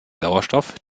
sauerstoff